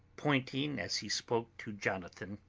pointing as he spoke to jonathan